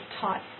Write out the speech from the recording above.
taught